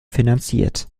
finanziert